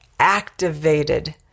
activated